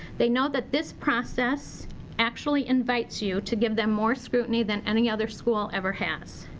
they know that this process actually invites you to give them more scrutiny than any other school ever has.